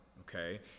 okay